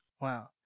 Wow